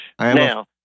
Now